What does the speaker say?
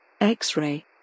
X-ray